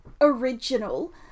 original